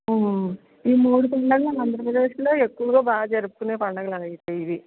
ఈ మూడు పండుగలు ఆంధ్రప్రదేశ్ లో ఎక్కువగా బాగ జరుపుకునే పండుగలు ఇవి